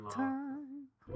time